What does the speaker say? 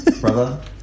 Brother